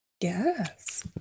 yes